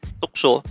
tukso